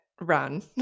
run